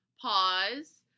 Pause